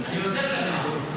אני עוזר לך.